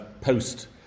post